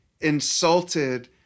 insulted